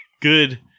good